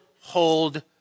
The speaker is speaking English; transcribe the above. hold